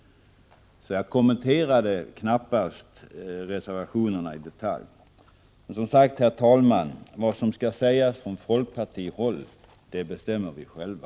Jag kommenterade knappast reservationerna i detalj. Som sagt, herr talman: Vad som skall sägas från folkpartihåll bestämmer vi själva.